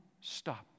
stop